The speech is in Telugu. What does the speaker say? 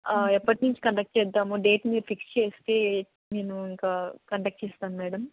ఎప్పటినుంచి కండక్ట్ చేద్దాము డేట్ మీరు ఫిక్స్ చేస్తే నేను ఇంకా కండక్ట్ చేస్తాను మేడం